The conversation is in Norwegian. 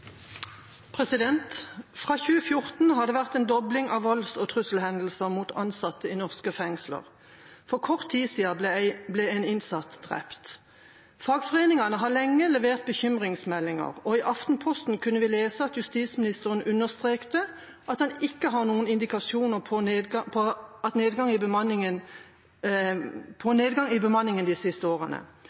2014 har det vært en dobling av volds- og trusselhendelser mot ansatte i norske fengsel. For kort tid siden ble en innsatt drept. Fagforeningene har lenge levert bekymringsmeldinger. I Aftenposten kunne vi lese at justisministeren understrekte at han ikke har noen indikasjoner på nedgang i bemanningen de siste årene. Han sa videre: «Det er krav til effektivisering her som på alle andre områder. De